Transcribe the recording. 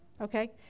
okay